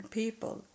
people